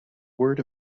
word